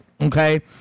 okay